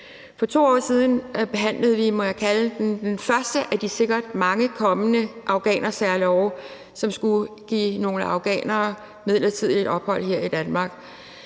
For 2 år siden behandlede vi, hvad jeg vil kalde den første af de sikkert mange kommende afghanersærlove, som skulle give nogle afghanere midlertidigt ophold her i Danmark.